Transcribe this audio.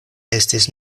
estis